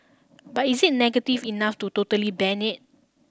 but is it negative enough to totally ban it